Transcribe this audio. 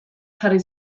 jarri